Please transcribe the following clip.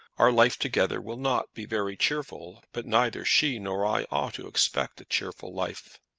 our life together will not be very cheerful, but neither she nor i ought to expect a cheerful life.